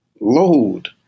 Load